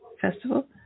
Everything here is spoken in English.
festival